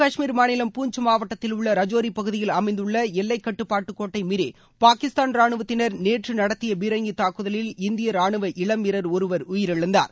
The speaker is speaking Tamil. காஷ்மீர் மாநில் பூஞ்ச் மாவட்டத்தில் உள்ள ரஜோரி பகுதியில் அமைந்துள்ள ஜம்மு எல்லைக்கட்டுப்பாட்டுக் கோட்டை மீறி பாகிஸ்தான் ரானுவத்தினர் நேற்று நடத்திய பீரங்கி தாக்குதலில் இந்திய ராணுவ இளம் வீரர் ஒருவர் உயிரிழந்தார்